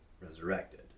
resurrected